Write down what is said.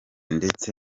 ndetse